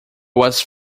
was